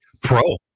pro